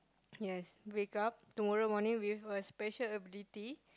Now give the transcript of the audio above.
yes wake up tomorrow morning with a special ability